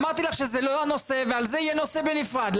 אמרתי לך שזה לא הנושא ועל זה יהיה נושא בנפרד.